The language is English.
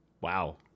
Wow